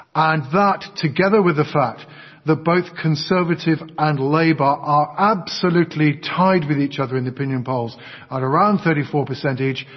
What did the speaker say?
ah and that, together with the fact that both conservative and labour are absolutely tied with each other in the opinion polls at around thirty four percent each,